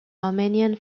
armenian